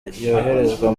yoherezwa